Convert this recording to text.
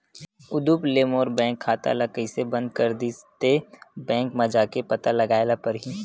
उदुप ले मोर बैंक खाता ल कइसे बंद कर दिस ते, बैंक म जाके पता लगाए ल परही